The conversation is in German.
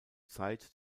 zeit